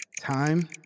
Time